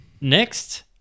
Next